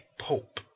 pope